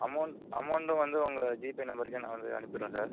amount அமௌன்ட்டும் வந்து உங்கள் ஜிபே நம்பருக்கே நான் வந்து அனுப்பிடுறேன் சார்